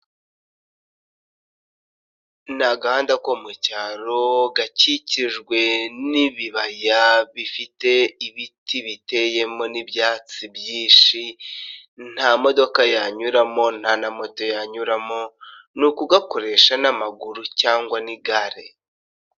Ni agahanda ko mu cyaro gakikijwe n'ibibaya bifite ibiti biteyemo n'ibyatsi byinshi, nta modoka yanyuramo, nta na moto yanyuramo, ni ukugakoresha n'amaguru cyangwa n'igare.